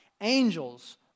angels